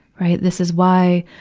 right. this is why,